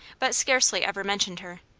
but scarcely ever mentioned her.